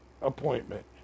appointment